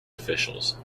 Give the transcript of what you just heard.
officials